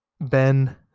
Ben